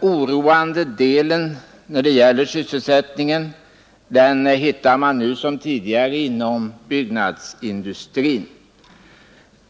oroande sektorn när det gäller sysselsättningen hittar man nu som tidigare inom byggnadsindustrin.